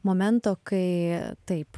momento kai taip